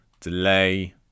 delay